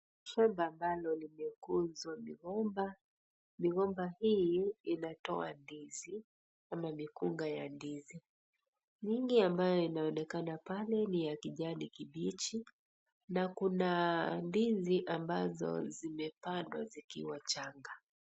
Shamba nalo limekuzwa migomba. Migomba hii inatoa ndizi ama mikunga ya ndizi. Mingi ambayo inaonekana pale ni ya kijani kibichi na kuna ndizi ambazo zimepandwa zikiwa changa.